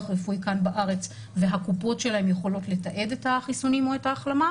רפואי כאן בארץ והקופות שלהם יכולות לתעד את החיסונים או את ההחלמה,